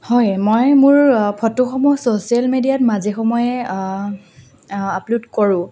হয় মই মোৰ ফটোসমূহ ছ'চিয়েল মিডিয়াত মাজে সময়ে আপলোড কৰোঁ